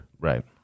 Right